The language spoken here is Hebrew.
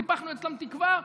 טיפחנו אצלם תקווה,